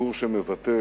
סיפור שמבטא